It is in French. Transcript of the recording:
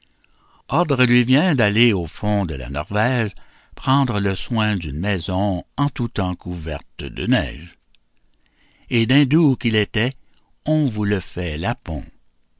ordre lui vient d'aller au fond de la norvège prendre le soin d'une maison en tout temps couverte de neige et d'indou qu'il était on vous le fait lapon